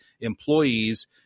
employees